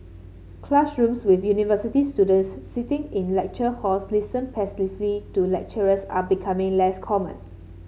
classrooms with university students sitting in lecture halls listen to lecturers are becoming less common